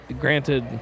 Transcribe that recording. granted